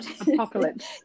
Apocalypse